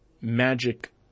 magic